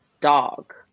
dog